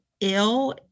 ill